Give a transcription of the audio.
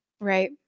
Right